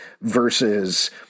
versus